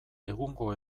egungo